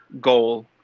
goal